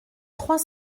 trois